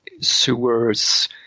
sewers